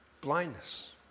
blindness